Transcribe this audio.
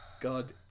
God